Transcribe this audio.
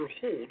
hold